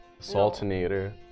Saltinator